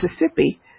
Mississippi